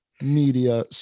media